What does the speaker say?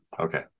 Okay